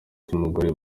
cy’umugore